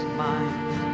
mind